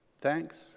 Thanks